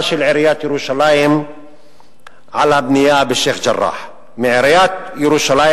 של עיריית ירושלים על הבנייה בשיח'-ג'ראח: מעיריית ירושלים